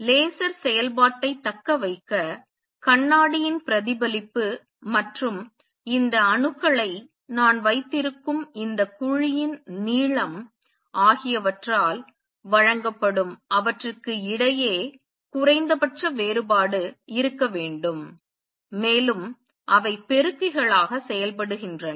laser செயல்பாட்டைத் தக்கவைக்க கண்ணாடியின் பிரதிபலிப்பு மற்றும் இந்த அணுக்களை நான் வைத்திருக்கும் இந்த குழியின் நீளம் ஆகியவற்றால் வழங்கப்படும் அவற்றுக்கு இடையே குறைந்தபட்ச வேறுபாடு இருக்க வேண்டும் மேலும் அவை பெருக்கிகளாக செயல்படுகின்றன